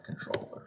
controller